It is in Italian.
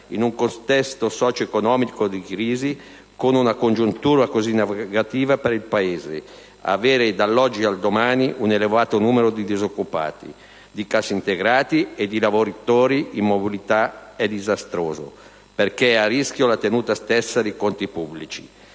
In un contesto socioeconomico di crisi, con una congiuntura così negativa per il Paese, avere dall'oggi al domani un elevato numero di disoccupati, di cassintegrati e di lavoratori in mobilità è disastroso, perché è a rischio la tenuta stessa dei conti pubblici.